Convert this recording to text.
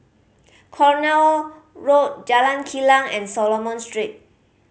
Cornwall Road Jalan Kilang and Solomon Street